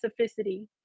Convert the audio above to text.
specificity